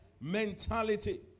mentality